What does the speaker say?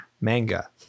manga